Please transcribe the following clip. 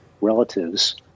relatives